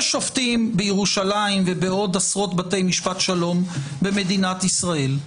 יש שופטים בירושלים ובעוד עשרות בתי משפט שלום במדינת ישראל.